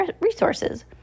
resources